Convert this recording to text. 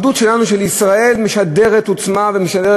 של ישראל, משדרת עוצמה ומשדרת